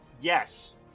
Yes